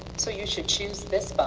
so you should choose this box.